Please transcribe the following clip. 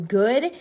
good